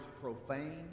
profane